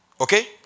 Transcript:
okay